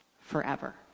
Forever